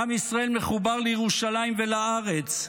עם ישראל מחובר לירושלים ולארץ,